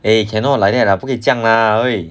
eh cannot like that lah 不可以这样 lah !oi!